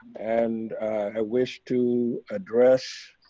and i wish to address.